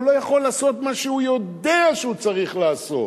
והוא לא יכול לעשות את מה שהוא יודע שהוא צריך לעשות